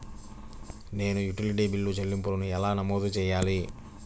నేను utility bill చెల్లింపులను ఎలా నమోదు చేయాలి?